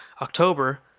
October